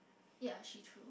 ya she threw